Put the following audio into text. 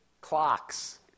clocks